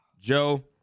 Joe